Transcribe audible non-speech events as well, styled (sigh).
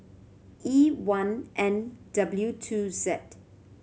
E one N W two Z (unintelligible)